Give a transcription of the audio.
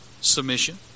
submission